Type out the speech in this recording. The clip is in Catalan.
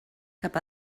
cap